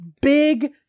big